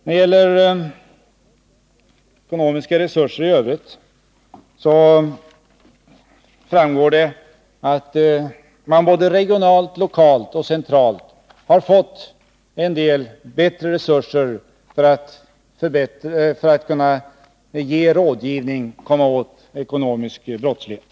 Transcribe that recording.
När det gäller ekonomiska resurser i övrigt framgår det att man regionalt, lokalt och centralt har fått något ökade resurser för att kunna lämna rådgivning och komma åt ekonomisk brottslighet.